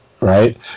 right